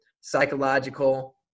psychological